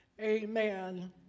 amen